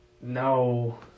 No